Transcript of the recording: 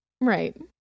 Right